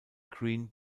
green